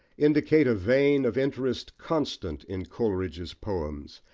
indicate a vein of interest constant in coleridge's poems,